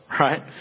Right